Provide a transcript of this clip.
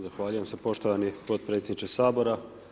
Zahvaljujem se poštovani potpredsjedniče Sabora.